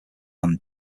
band